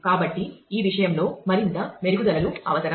కాబట్టి ఈ విషయంలో మరింత మెరుగుదలలు అవసరం